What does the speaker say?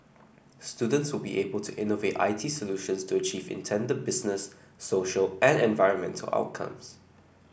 students will be able to innovate I T solutions to achieve intended business social and environmental outcomes